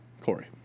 Corey